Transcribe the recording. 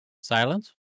Silence